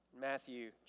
Matthew